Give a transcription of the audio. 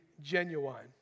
genuine